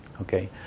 Okay